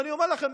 ואני אומר לכם,